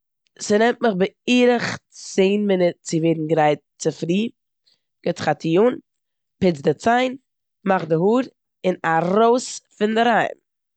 ס'נעמט מיך בערך צען מינוט צו ווערן גרייט צופרי. מ'גיבט זיך א טוה אן, פוצט די ציין, מאכט די האר און ארויס פון אינדערהיים.